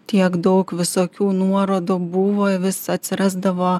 tiek daug visokių nuorodų buvo vis atsirasdavo